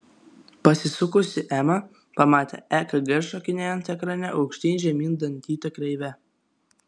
pasisukusi ema pamatė ekg šokinėjant ekrane aukštyn žemyn dantyta kreive